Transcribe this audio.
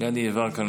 גדי יברקן.